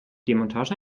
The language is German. demontage